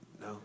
no